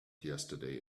yesterday